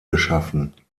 geschaffen